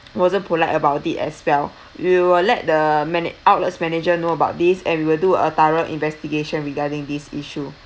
wasn't polite about this as well we will let the mana~ outlets manager know about this and we will do a thorough investigation regarding this issue